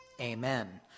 amen